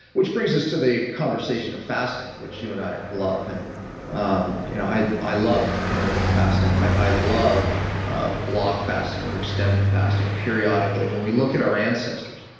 which brings us to the conversation of fasting, which you and i love. and um you know i i love intermittent fasting. i i love ah block fasting or extended fasting periodically. and when we look at our ancestors,